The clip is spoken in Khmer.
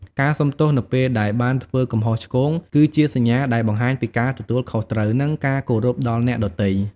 ការសុំទោសនៅពេលដែលបានធ្វើកំហុសឆ្គង គឺជាសញ្ញាដែលបង្ហាញពីការទទួលខុសត្រូវ និងការគោរពដល់អ្នកដទៃ។